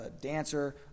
dancer